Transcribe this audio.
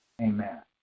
Amen